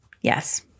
Yes